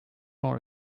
more